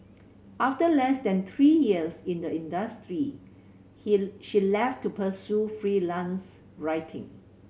after less than three years in the industry he she left to pursue freelance writing